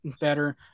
better